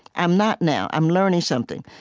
i'm not now. i'm learning something.